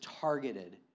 targeted